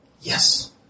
Yes